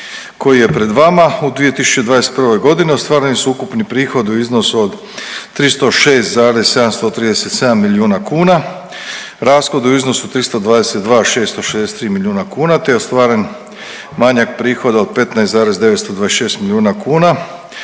koji je pred vama u 2021. godini ostvareni su ukupni prihodi u iznosu od 306,737 milijuna kuna, rashodi u iznosu 322 663 milijuna kuna, te je ostvaren manjak prihoda od 15,926 milijuna kuna